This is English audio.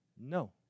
no